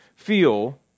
feel